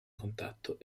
contatto